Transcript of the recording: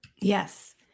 Yes